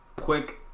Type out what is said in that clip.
Quick